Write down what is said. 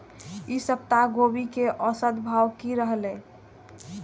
ई सप्ताह गोभी के औसत भाव की रहले?